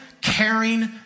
caring